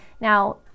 Now